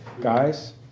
Guys